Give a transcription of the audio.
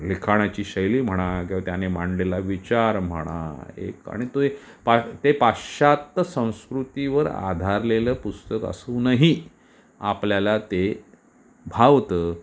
लिखाणाची शैली म्हणा किंवा त्याने मांडलेला विचार म्हणा एक आणि तो एक पा ते पाश्चात्य संस्कृतीवर आधारलेलं पुस्तक असूनही आपल्याला ते भावतं